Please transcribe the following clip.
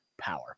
Power